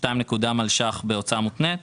2 נקודה מיליון שקלים בהוצאה מותנית.